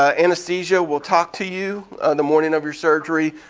ah anesthesia will talk to you the morning of your surgery.